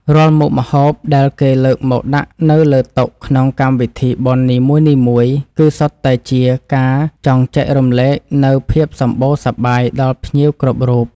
រាល់មុខម្ហូបដែលគេលើកមកដាក់នៅលើតុក្នុងកម្មវិធីបុណ្យនីមួយៗ គឺសុទ្ធតែជាការចង់ចែករំលែកនូវភាពសម្បូរសប្បាយដល់ភ្ញៀវគ្រប់រូប។